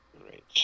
great